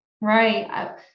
Right